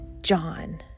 John